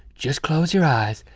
just close your eyes.